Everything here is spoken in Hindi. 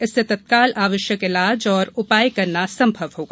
इससे तत्काल आवश्यक इलाज और उपाय करना संभव होगा